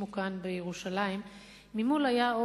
את ההורים באוהל שהקימו כאן בירושלים,